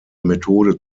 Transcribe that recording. methode